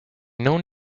known